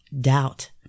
doubt